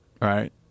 Right